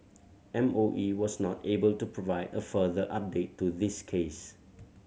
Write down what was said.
M O E was not able to provide a further update to this case